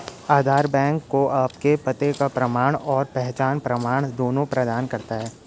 आधार bank को आपके पते का प्रमाण और पहचान प्रमाण दोनों प्रदान करता है